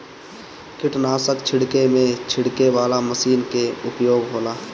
कीटनाशक छिड़के में छिड़के वाला मशीन कअ उपयोग होला